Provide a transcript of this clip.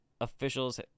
officials